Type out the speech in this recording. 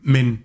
Men